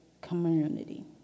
community